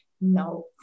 no